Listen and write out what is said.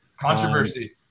controversy